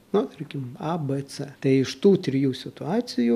na tarkim a b c tai iš tų trijų situacijų